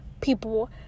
people